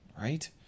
Right